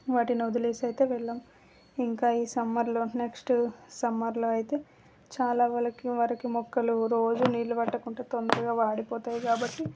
వాటిని వదిలేసైతే వెళ్ళం ఇంకా ఈ సమ్మర్లో నెక్స్ట్ సమ్మర్లో అయితే చాలా వాళ్ళకి వరకి మొక్కలు రోజూ నీళ్ళు పట్టకుంటే తొందరగా వాడిపోతాయి కాబట్టి